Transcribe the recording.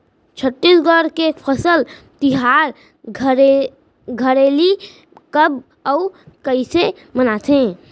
छत्तीसगढ़ के फसल तिहार हरेली कब अउ कइसे मनाथे?